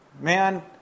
man